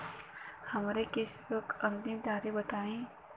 हमरे किस्त क अंतिम तारीख बताईं?